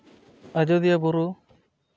ᱟᱡᱳᱫᱤᱭᱟᱹ ᱵᱩᱨᱩ